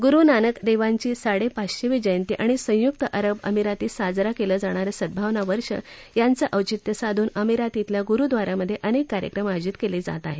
गुरुनानक देवांची साडेपाचशेवी जयंती आणि संयुक्त अरब अमिरातीत साजरा केलं जाणारं सद्भभावना वर्ष याचं औचित्य साधून अमिरातीतल्या गुरुद्वारामधे अनेक कार्यक्रम आयोजित केले आहेत